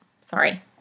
sorry